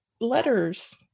letters